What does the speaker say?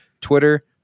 twitter